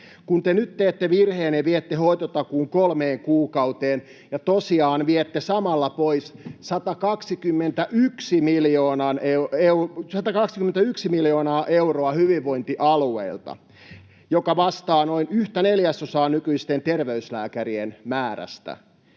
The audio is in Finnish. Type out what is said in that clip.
Kun te nyt teette virheen ja viette hoitotakuun kolmeen kuukauteen, te tosiaan viette samalla pois 121 miljoonaa euroa hyvinvointialueilta, mikä vastaa noin yhtä neljäsosaa nykyisten terveyskeskuslääkärien määrästä.